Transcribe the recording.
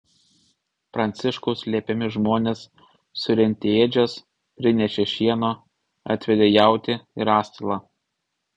pranciškaus liepiami žmonės surentė ėdžias prinešė šieno atvedė jautį ir asilą